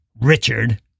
Richard